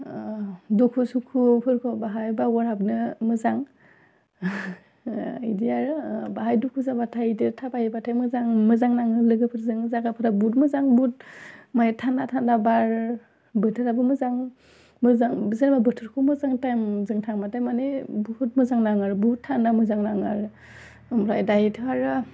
दुखु सुखुफोरखौ बाहाय बावगारहाबनो मोजां बिदि आरो बाहाय दुखु जाबाथाय दो थाबाय हैबाथाय मोजां मोजां नाङो लोगोफोरजों जायगाफ्रा बुहुत मोजां बुहुत माइन्ट थान्दा थान्दा बारो बोथोराबो मोजां मोजां जेनेबा बोथोरखौ मोजां टाइमजों थांबाथाय मानि बुहुत मोजां नाङो आरो बुहुत थान्दा मोजां नाङो आरो आमफ्राय थायोथ' आरो